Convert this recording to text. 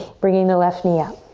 bringing the left knee up.